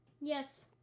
Yes